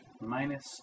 Minus